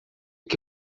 que